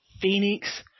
Phoenix